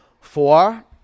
Four